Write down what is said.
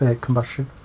combustion